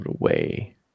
away